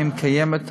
אם קיימת,